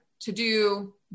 to-do